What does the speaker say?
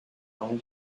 own